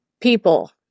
People